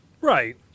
Right